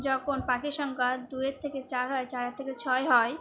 যখন পাখির সংখ্যা দুয়ের থেকে চার হয় চারের থেকে ছয় হয়